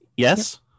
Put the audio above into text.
Yes